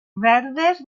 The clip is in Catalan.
verdes